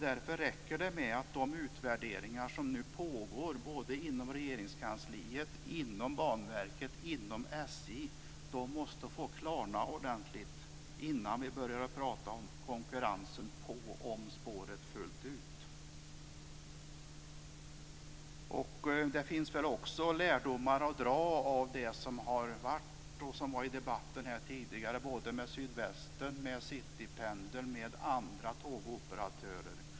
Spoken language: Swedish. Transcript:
Därför räcker det med att de utvärderingar som nu pågår både inom Regeringskansliet, Banverket och inom SJ måste få klarna ordentligt innan vi börjar tala om konkurrensen på och om spåret fullt ut. Det finns också lärdomar att dra av det som har skett med Sydvästen, Citypendeln och andra tågoperatörer, som tidigare togs upp i här debatten.